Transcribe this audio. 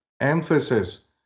emphasis